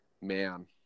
man